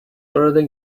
already